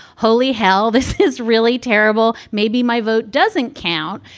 holy hell, this is really terrible. maybe my vote doesn't count.